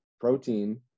protein